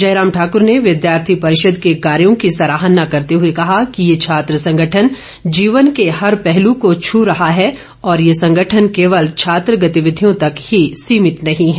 जयराम ठाकूर ने विद्यार्थी परिषद के कार्यो की सराहना करते हुए कहा कि ये छात्र संगठन जीवन के हर पहलू को छू रहा है और ये संगठन केवल छात्र गतिविधियों तक ही सीमित नहीं है